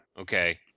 okay